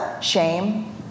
Shame